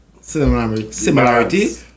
similarity